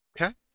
Okay